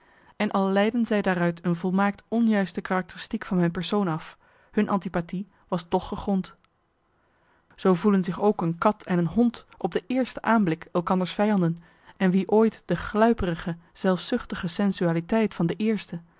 en al leidden zij daaruit een volmaakt onjuiste karakteristiek van mijn persoon af hun antipathie was toch gegrond zoo voelen zich ook een kat en een hond op de eerste aanblik elkanders vijanden en wie ooit de gluiperige zelfsuchtige sensualiteit van de eerste